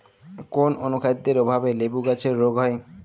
কোন অনুখাদ্যের অভাবে লেবু গাছের রোগ হয়?